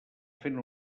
fent